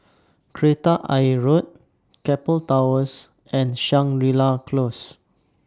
Kreta Ayer Road Keppel Towers and Shangri La Close